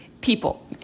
people